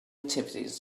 activities